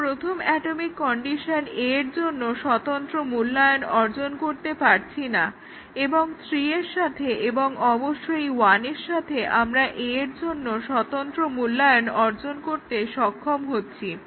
আমরা প্রথম atomic condition A এর জন্য স্বতন্ত্র মূল্যায়ন অর্জন করতে পারছিনা এবং 3 এর সাথে এবং অবশ্যই 1 এর সাথে আমরা A এর জন্য স্বতন্ত্র মূল্যায়ন অর্জন করতে সক্ষম হচ্ছি